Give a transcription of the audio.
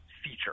feature